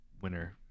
winner